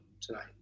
tonight